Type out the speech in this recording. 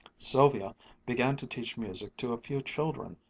sylvia began to teach music to a few children,